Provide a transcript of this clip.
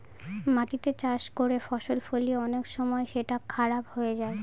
মাটিতে চাষ করে ফসল ফলিয়ে অনেক সময় সেটা খারাপ হয়ে যায়